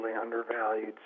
undervalued